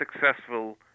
successful